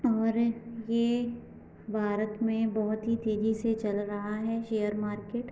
और ये भारत में बहुत ही तेजी से चल रहा है शेयर मार्केट